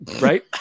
Right